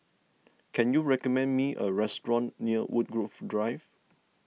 can you recommend me a restaurant near Woodgrove Drive